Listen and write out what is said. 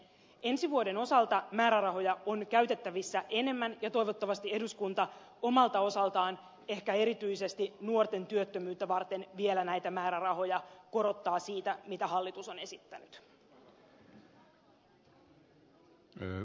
ensi vuoden osalta määrärahoja on käytettävissä enemmän ja toivottavasti eduskunta omalta osaltaan ehkä erityisesti nuorten työttömyyttä varten vielä näitä määrärahoja korottaa siitä mitä hallitus on esittänyt